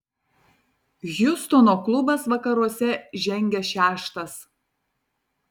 hjustono klubas vakaruose žengia šeštas